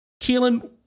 Keelan